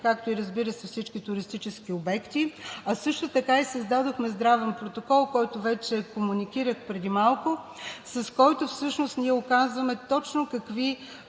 както и, разбира се, всички туристически обекти, а също така и създадохме Здравен протокол, който вече комуникирах преди малко, с който всъщност ние указваме точно какви